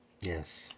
Yes